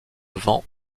vent